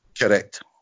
Correct